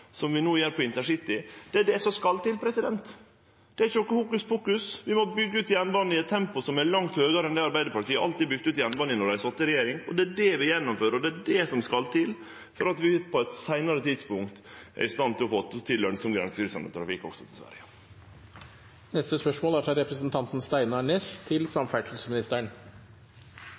som vi no har på InterCity, er det som skal til. Det er ikkje noko hokuspokus. Vi må byggje ut jernbanen i eit tempo som er langt høgare enn det Arbeidarpartiet alltid har bygd ut jernbanen i når dei har sete i regjering. Det er det vi gjennomfører, og det er det som skal til for at vi på eit seinare tidspunkt skal vere i stand til å få til lønsam grensekryssande trafikk til Sverige. Eg tillèt meg å stille følgjande spørsmål til samferdselsministeren: «Dekningsdirektøren i Telenor uttalar til